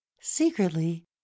secretly